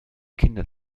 kinder